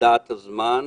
אני